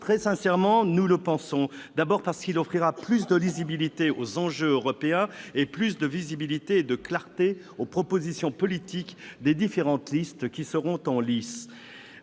Très sincèrement, nous le croyons ! D'abord, parce qu'il offrira plus de lisibilité aux enjeux européens et plus de visibilité et de clarté aux propositions politiques des différentes listes qui seront en lice.